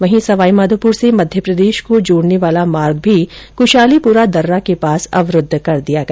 वहीं सवाईमाधोपुर से मध्यप्रदेश को जोड़ने वाला मार्ग भी क्शालीपुरा दर्रा के पास अवरूद्व कर दिया गया